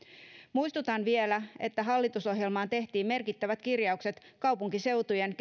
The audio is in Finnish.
muistutan vielä että hallitusohjelmaan tehtiin merkittävät kirjaukset kaupunkiseutujen